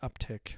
uptick